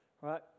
Right